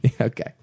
Okay